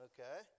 Okay